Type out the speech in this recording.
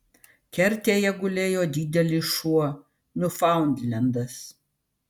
kertėje gulėjo didelis šuo niufaundlendas